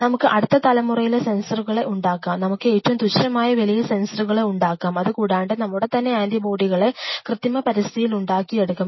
നമുക്ക് അടുത്ത തലമുറയിലെ സെൻസറുകകളെ ഉണ്ടാക്കാം നമുക്ക് ഏറ്റവും തുച്ഛമായ വിലയിൽ സെൻസറുകകളെ ഉണ്ടാക്കാം അതുകൂടാതെ നമ്മുടെ തന്നെ ആൻറിബോഡികളെ കൃത്രിമ പരിസ്ഥിതിയിൽ ഉണ്ടാക്കിയെടുക്കാം